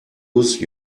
lose